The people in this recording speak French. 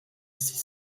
six